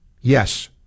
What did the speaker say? Yes